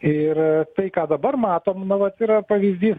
ir tai ką dabar matom a vat yra pavyzdys